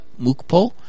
Mukpo